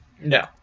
No